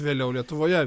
vėliau lietuvoje